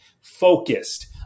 Focused